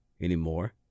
anymore